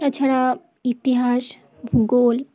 এছাড়া ইতিহাস ভূগোল